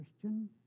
Christian